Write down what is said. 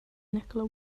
nikola